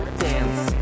dance